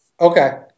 Okay